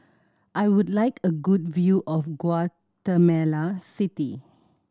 I would like a good view of Guatemala City